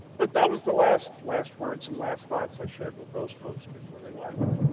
but that was the last, last words and last thoughts i shared with those folks before they left.